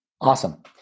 Awesome